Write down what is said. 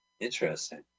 Interesting